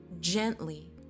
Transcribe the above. gently